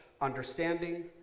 understanding